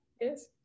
Yes